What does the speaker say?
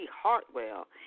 Hartwell